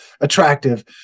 attractive